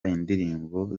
indirimbo